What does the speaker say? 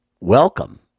welcome